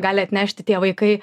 gali atnešti tie vaikai